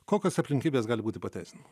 kokios aplinkybės gali būti pateisinama